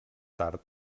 tard